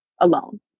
alone